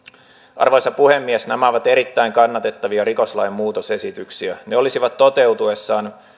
arvoisa puhemies nämä ovat erittäin kannatettavia rikoslain muutosesityksiä ne olisivat toteutuessaan